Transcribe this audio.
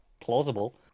plausible